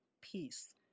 peace